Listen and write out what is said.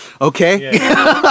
Okay